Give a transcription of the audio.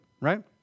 right